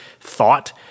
thought